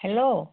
hello